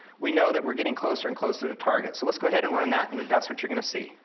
we know that we're getting closer and closer to target. so let's go ahead and run that, and that's what you're gonna see.